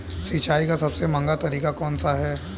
सिंचाई का सबसे महंगा तरीका कौन सा है?